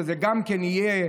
שזה גם כן יהיה,